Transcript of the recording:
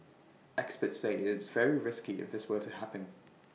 experts say IT is very risky if this were to happen